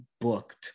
booked